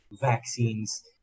vaccines